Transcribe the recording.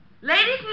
Ladies